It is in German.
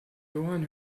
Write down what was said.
johann